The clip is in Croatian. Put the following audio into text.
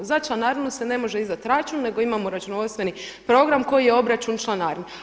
Za članarinu se ne može izdati račun, nego imamo računovodstveni program koji je obračun članarina.